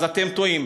אז אתם טועים.